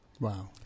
Wow